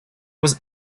was